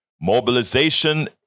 Mobilization